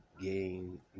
gain